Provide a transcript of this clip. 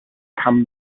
come